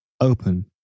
open